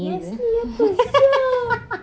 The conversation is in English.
nasally apa sia